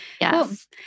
yes